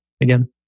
again